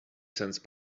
sense